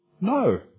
No